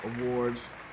awards